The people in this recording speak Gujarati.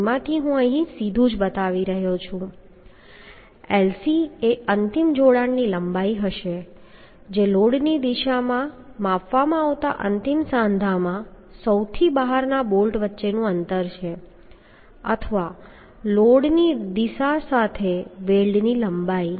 જેમાંથી હું અહીં સીધું જ બતાવી રહ્યો છું અને Lc એ અંતિમ જોડાણની લંબાઈ હશે જે લોડની દિશા સાથે માપવામાં આવતા અંતિમ સાંધામાં સૌથી બહારના બોલ્ટ વચ્ચેનું અંતર છે અથવા લોડની દિશા સાથે વેલ્ડની લંબાઈ